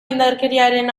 indarkeriaren